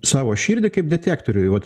savo širdį kaip detektoriui vat